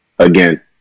Again